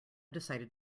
decided